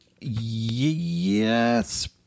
Yes